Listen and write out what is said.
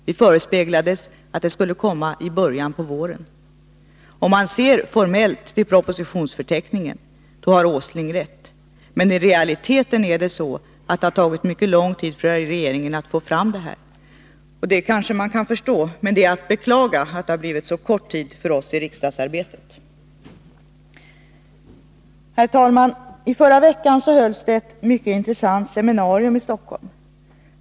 Vi förespeglades då att den skulle komma i början av våren. Om man ser formellt till propositionsförteckningen, har Nils Åsling rätt, men i realiteten är det så att det tagit mycket lång tid för regeringen att få fram denna proposition. Det kanske man kan förstå, men det är beklagligt att det blivit så kort tid för oss i riksdagsarbetet. Herr talman! I förra veckan hölls ett mycket intressant seminarium i Stockholm.